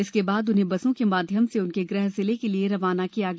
इसके बाद उन्हें बसों के माध्यम से उनके गृह जिले के लिए रवाना किया गया